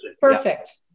perfect